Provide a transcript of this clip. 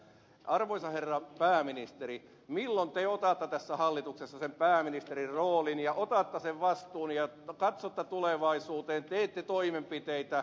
arvoisa herra pääministeri milloin te otatte tässä hallituksessa sen pääministerin roolin ja otatte sen vastuun ja katsotte tulevaisuuteen teette toimenpiteitä